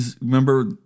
Remember